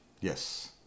Yes